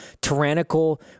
tyrannical